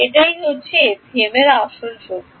এটাই হচ্ছে এফইএমের আসল শক্তি